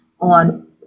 on